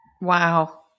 wow